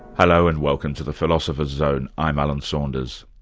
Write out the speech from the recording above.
hello, and welcome to the philosopher's zone. i'm alan saunders.